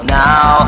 now